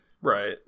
right